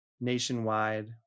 nationwide